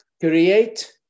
create